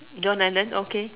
don't and then okay